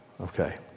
Okay